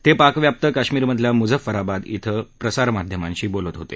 ते पाकव्याप्त काश्मिरमधल्या मुझफराबाद इथं प्रसार माध्यमांशी बोलत होते